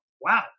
wow